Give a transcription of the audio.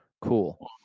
Cool